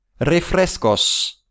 Refrescos